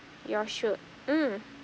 you all should mm